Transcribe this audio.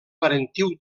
parentiu